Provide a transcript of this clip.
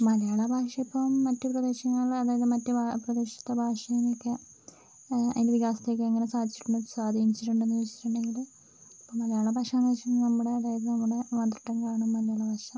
മലയാള ഭാഷ ഇപ്പം മറ്റു പ്രദേശങ്ങളിലെ അതായത് മറ്റു പ്ര പ്രദേശത്തെ ഭാഷയിൽനിന്നൊക്കെ അതിൻ്റെ വികാസത്തെയൊക്കെ എങ്ങനെ സാധിച്ചിട്ടുണ്ട് സ്വാധീനിച്ചിട്ടുണ്ടെന്ന് ചോദിച്ചിട്ടുണ്ടെങ്കിൽ അപ്പോൾ മലയാള ഭാഷ എന്ന് വെച്ചിട്ടുണ്ടെങ്കിൽ നമ്മുടെ അതായത് നമ്മുടെ മദർ ടങ്ങാണ് മലയാള ഭാഷ